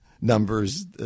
numbers